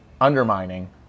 undermining